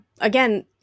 again